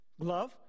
glove